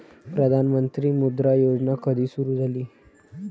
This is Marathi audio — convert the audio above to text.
प्रधानमंत्री मुद्रा योजना कधी सुरू झाली?